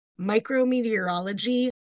micrometeorology